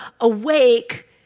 awake